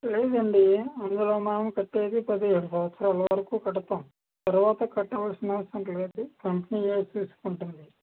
లేదండి అందులో మనం కట్టేది పదిహేడు సంవత్సరాలు వరకు కడతాము తరువాత కట్టవలసిన అవసరం లేదు కంపెనీఏ చూసుకుంటుంది